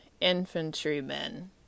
infantrymen